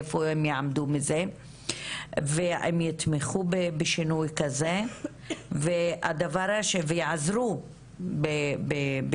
איפה הם יעמדו בזה ואם יתמכו בשינוי כזה ויעזרו בקידום,